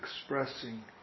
expressing